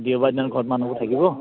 দেওবাৰদিনাখন ঘৰত মানুহবোৰ থাকিব